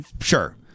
sure